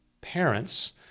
parents